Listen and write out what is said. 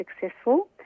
successful